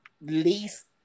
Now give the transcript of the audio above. least